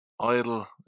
idle